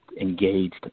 engaged